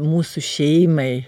mūsų šeimai